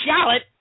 Shallot